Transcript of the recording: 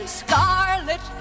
scarlet